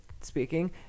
speaking